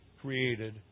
created